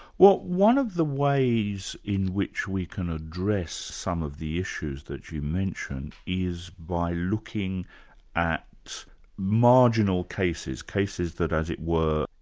well, one of the ways in which we can address some of the issues that you mention is by looking at marginal cases, cases that, as it were,